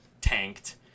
tanked